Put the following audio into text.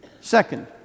Second